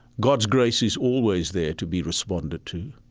god's grace is always there to be responded to.